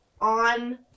on